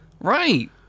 Right